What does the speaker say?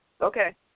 Okay